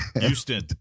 Houston